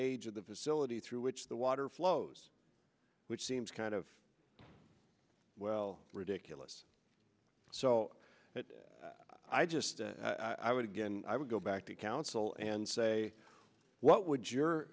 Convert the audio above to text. age of the facility through which the water flows which seems kind of well ridiculous so i just i would again i would go back to council and say what would your